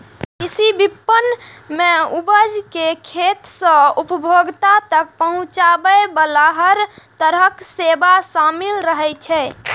कृषि विपणन मे उपज कें खेत सं उपभोक्ता तक पहुंचाबे बला हर तरहक सेवा शामिल रहै छै